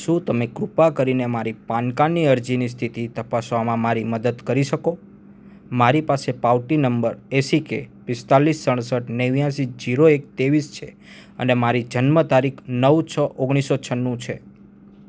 શું તમે કૃપા કરીને મારી પાન કાર્ડની અરજીની સ્થિતિ તપાસવામાં મારી મદદ કરી શકો મારી પાસે પાવતી નંબર એસિકે પિસ્તાળીસ સડસઠ નેવ્યાશી જીરો એક ત્રેવીસ છે અને મારી જન્મ તારીખ નવ છ ઓગણીસો છન્નું છે